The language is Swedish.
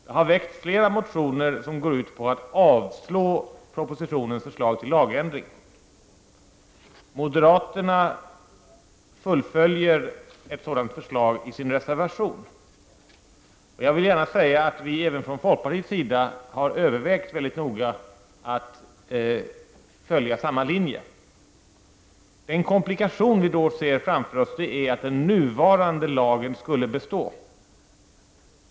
Det har väckts flera motioner som går ut på att propositionens förslag till lagändring skall avslås. Moderaterna fullföljer ett sådant förslag i en reservation. Vi har även från folkpartiets sida övervägt mycket noga att följa samma linje. Den komplikation vi då ser framför oss är att den nuvarande lagen skulle bestå.